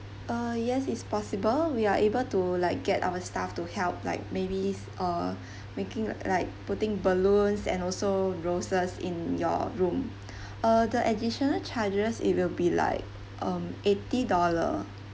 uh yes it's possible we're able to like get our staff to help like maybe uh making like putting balloons and also roses in your room uh the additional charges it will be like um eighty dollar